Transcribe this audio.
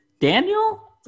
Daniel